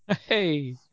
Hey